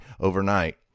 overnight